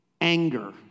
Anger